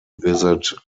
visit